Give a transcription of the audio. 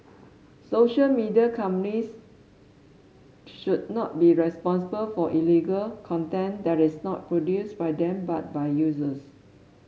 social media companies should not be responsible for illegal content that is not produced by them but by users